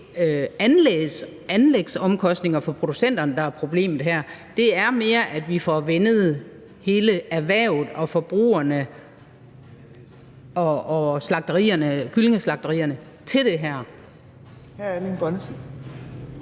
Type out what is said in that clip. anlægsomkostninger for producenterne, der er problemet her; det er mere, at vi får vænnet hele erhvervet, kyllingeslagterierne og